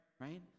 right